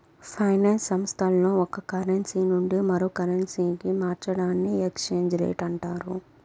finance సంస్థల్లో ఒక currency నుండి మరో కరెన్సీకి మార్చడాన్ని ఎక్స్చేంజ్ రేట్ అంటారు